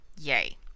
Yay